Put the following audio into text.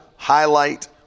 highlight